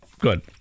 good